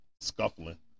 scuffling